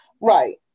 Right